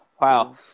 Wow